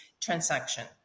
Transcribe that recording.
transaction